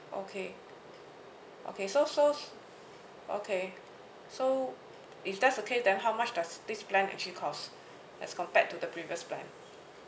okay okay so so okay so if that's the case then how much does this plan actually cost as compared to the previous plan